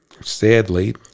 sadly